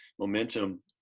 momentum